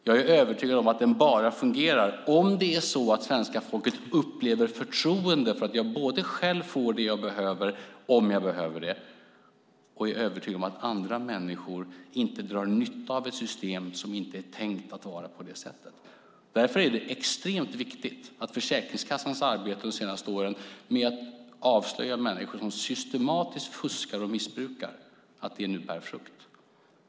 Jag är övertygad om att den bara fungerar om svenska folket har förtroende för att man själv får det man behöver om man behöver det och är övertygad om att andra människor inte drar nytta av systemet på fel sätt. Därför är det extremt viktigt att Försäkringskassans arbete de senaste åren med att avslöja människor som systematiskt fuskar och missbrukar nu bär frukt.